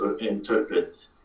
interpret